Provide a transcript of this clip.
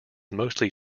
mostly